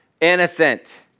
innocent